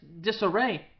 disarray